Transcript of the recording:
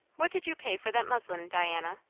what did you pay for that muslin, diana?